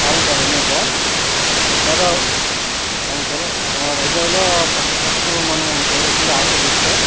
అవును సార్ ఉన్నాయి sir sir అవును సార్ వైజాగ్లో ఫస్ట్ ఫస్టు మనము చూడాల్సింది ఆర్కే బీచ్ సార్